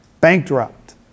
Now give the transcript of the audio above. bankrupt